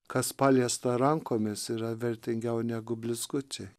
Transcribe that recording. kas paliesta rankomis yra vertingiau negu blizgučiai